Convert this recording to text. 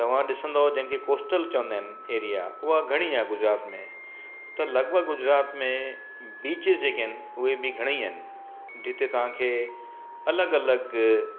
तव्हां ॾिसंदुव जंहिं खे कोस्टल चवंदा आहिनि एरिया उहा घणी आहे गुजरात में त लॻभॻि गुजरात में बीचिस जेके आहिनि उहे बि घणेई आहिनि जिते तव्हांखे अलॻि अलॻि